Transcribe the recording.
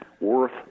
worth